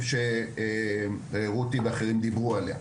הבסיסי המוקצה שרותי ואחרים דיברו עליו.